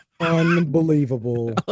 unbelievable